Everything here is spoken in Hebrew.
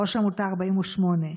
ראש עמותה 48,